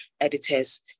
editors